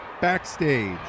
backstage